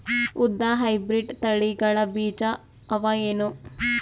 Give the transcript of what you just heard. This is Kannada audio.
ಉದ್ದ ಹೈಬ್ರಿಡ್ ತಳಿಗಳ ಬೀಜ ಅವ ಏನು?